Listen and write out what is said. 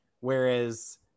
Whereas